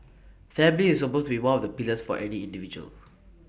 family is supposed to be one of the pillars for any individual